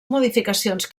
modificacions